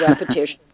repetition